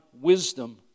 wisdom